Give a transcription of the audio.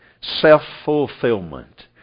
self-fulfillment